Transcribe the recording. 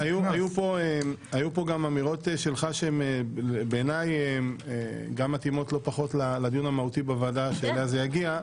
היו פה אמירות מצדך שבעיניי מתאימות לדיון בוועדה שלשם העניין יגיע.